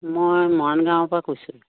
মই মৰাণ গাঁৱৰ পৰা কৈছিলোঁ